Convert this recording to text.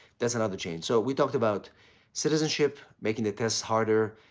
that's another change. so, we talked about citizenship, making the test harder,